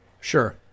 Sure